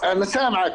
חשובים,